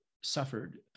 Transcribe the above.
suffered